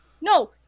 No